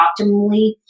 optimally